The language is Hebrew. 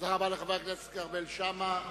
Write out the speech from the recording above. תודה רבה לחבר הכנסת כרמל שאמה.